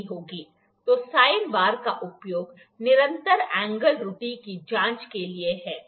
तो sine bar का उपयोग निरंतर एंगल त्रुटि की जाँच के लिए है